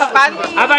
חבל כי --- אבל,